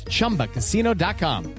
ChumbaCasino.com